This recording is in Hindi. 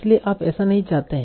इसलिए आप ऐसा नहीं चाहते हैं